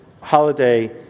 holiday